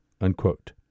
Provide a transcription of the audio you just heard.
unquote